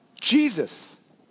Jesus